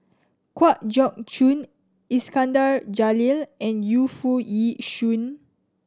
Kwa Geok Choo Iskandar Jalil and Yu Foo Yee Shoon